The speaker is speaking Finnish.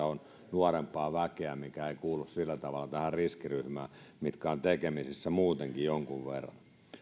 on nuorempaa väkeä mitkä eivät kuulu sillä tavalla tähän riskiryhmään ja mitkä ovat tekemisissä muutenkin jonkun verran